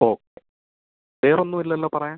ഓ വേറെ ഒന്നും ഇല്ലല്ലോ പറയാൻ